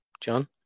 John